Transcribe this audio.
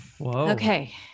Okay